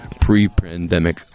pre-pandemic